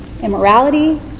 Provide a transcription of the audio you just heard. immorality